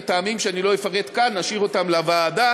מטעמים שאני לא אפרט כאן ונשאיר אותם לוועדה,